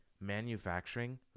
manufacturing